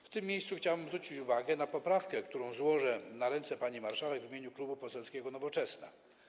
W tym miejscu chciałbym zwrócić uwagę na poprawkę, którą złożę na ręce pani marszałek w imieniu Klubu Poselskiego Nowoczesna.